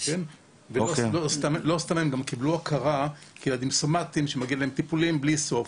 לא סתם הם גם קיבלו הכרה כילדים סומטיים שמגיע להם טיפולים בלי סוף.